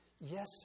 yes